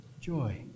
joy